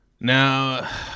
Now